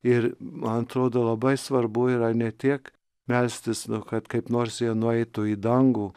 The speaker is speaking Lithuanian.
ir man atrodo labai svarbu yra ne tiek melstis nu kad kaip nors jie nueitų į dangų